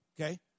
Okay